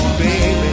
baby